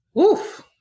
Oof